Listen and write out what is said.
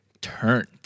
turned